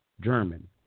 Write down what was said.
German